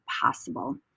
possible